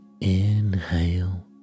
inhale